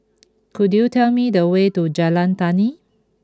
could you tell me the way to Jalan Tani